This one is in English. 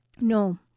No